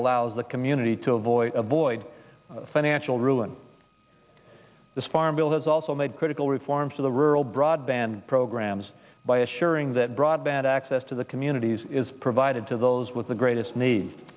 allows the community to avoid avoid financial ruin this farm bill has also made critical reforms to the rural broadband programs by assuring that broadband access to the communities is provided to those with the greatest nee